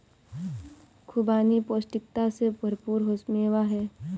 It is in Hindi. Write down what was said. खुबानी पौष्टिकता से भरपूर मेवा है